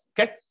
Okay